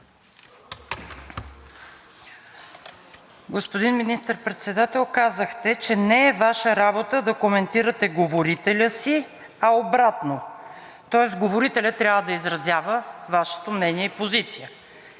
Господин Министър-председател, казахте, че не е Ваша работа да коментирате говорителя си, а обратно, тоест говорителят трябва да изразява Вашето мнение и позиция.